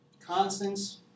constants